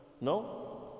no